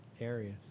area